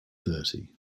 thirty